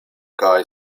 kaj